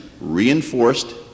reinforced